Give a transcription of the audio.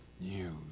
News